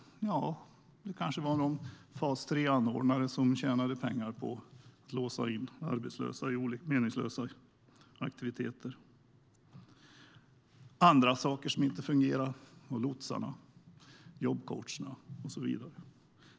Ja, det kanske var någon fas 3-anordnare som tjänade pengar på att låsa in arbetslösa i meningslösa aktiviteter. Andra saker som inte fungerade var lotsarna, jobbcoacherna och så vidare.